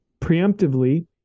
preemptively